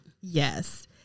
Yes